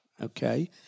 okay